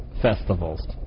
festivals